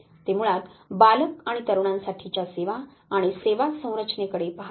ते मुळात बालक आणि तरुणांसाठीच्या सेवा आणि सेवा संरचनेकडे पाहतात